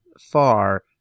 far